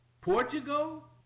Portugal